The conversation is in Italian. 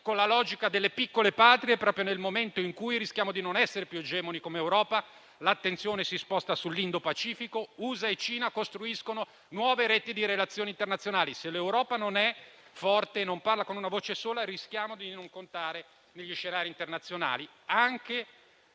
con la logica delle piccole patrie, proprio nel momento in cui rischiamo di non essere più egemoni come Europa, l'attenzione si sposta sull'Indo-Pacifico e USA e Cina costruiscono nuove reti di relazioni internazionali. Se l'Europa non è forte e non parla con una voce sola, rischiamo di non contare negli scenari internazionali,